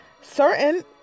certain